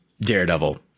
Daredevil